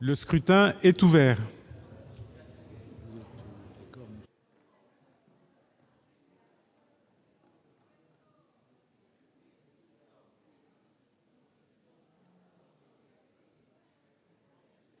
Le scrutin est ouvert.